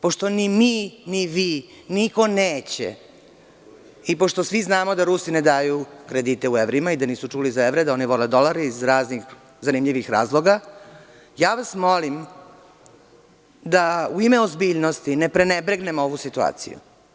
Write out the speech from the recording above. Pošto ni mi, ni vi, niko neće, i pošto svi znamo da Rusi ne daju kredite u evrima i da nisu čuli za evre, da oni vole dolare iz raznih, zanimljivih razloga, molim vas da u ime ozbiljnosti ne prenebregnemo ovu situaciju.